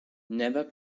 never